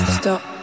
stop